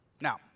Now